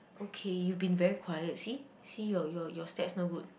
okay you been very quite see see your your your stats not good